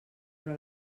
però